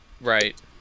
Right